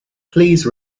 please